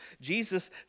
Jesus